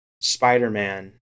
Spider-Man